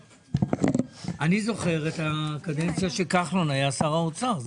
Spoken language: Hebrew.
אני זוכר את הקדנציה שכחלון היה שר האוצר.